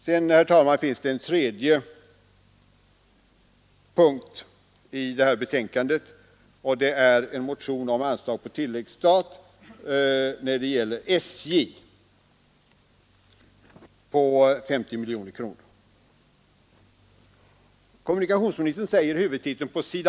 Vidare, herr talman, finns det en tredje punkt i betänkandet, nämligen en motion om anslag på tilläggsstat för SJ på 50 miljoner kronor. Kommunikationsministern säger på s.